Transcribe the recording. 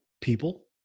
people